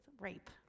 rape